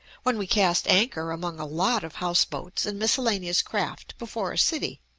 when we cast anchor among a lot of house-boats and miscellaneous craft before a city.